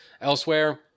Elsewhere